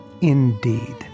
indeed